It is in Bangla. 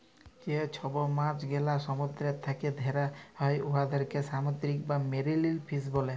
যে ছব মাছ গেলা সমুদ্দুর থ্যাকে ধ্যরা হ্যয় উয়াদেরকে সামুদ্দিরিক বা মেরিল ফিস ব্যলে